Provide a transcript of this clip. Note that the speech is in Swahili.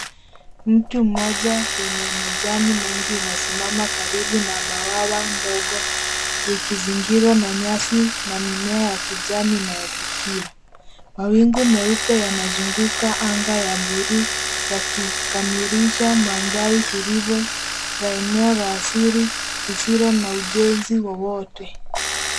Mti mmoja wenye majani mengi unasimama karibu na bwawa ndogo likizingirwa na nyasi na mimea ya kijani na ya kuvutia. Mawingu meupe yanazunguka anga ya buluu yakikamilisha mandhari tulivu la eneo la asili lisilo na ujenzi wowote.